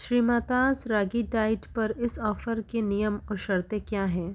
श्रीमाताज़ ragi diet पर इस offer के नियम और शर्तें क्या हैं